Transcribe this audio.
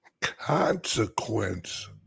consequence